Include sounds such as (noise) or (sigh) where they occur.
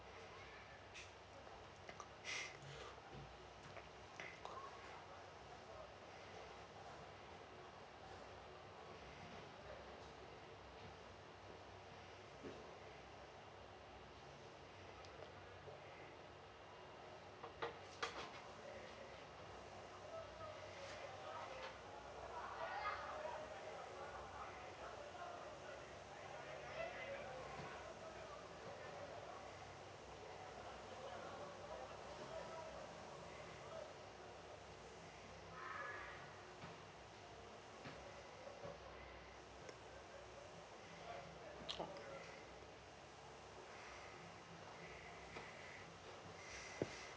(breath)